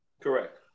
Correct